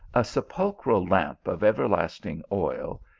a sepul chral lamp of everlasting oil,